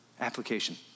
Application